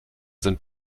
sind